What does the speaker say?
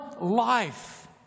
life